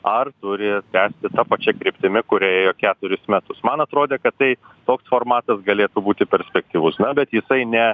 ar turi tęsti ta pačia kryptimi kuria ėjo keturis metus man atrodė kad taip toks formatas galėtų būti perspektyvus na bet jisai ne